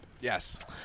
yes